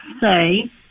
say